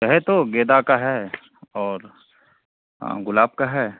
कहे तो गेंदा का है और गुलाब का है